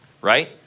Right